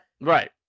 right